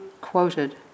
quoted